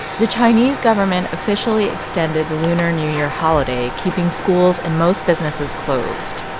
the chinese government officially extended the lunar new year holiday, keeping schools and most businesses closed.